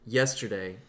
yesterday